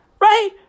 right